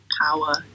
power